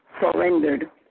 surrendered